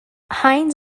hines